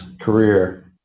career